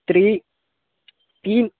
त्रीणि त्रीणि